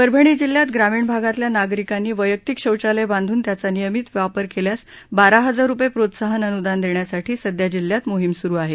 परभणी जिल्ह्यात ग्रामीण भागातल्या नागरिकांनी वैयक्तिक शौचालय बांधून त्याचा नियमित वापर केल्यास बारा हजार रुपये प्रोत्साहन अनृदान देण्यासाठी सध्या जिल्ह्यात मोहीम स्रू आहे